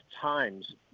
times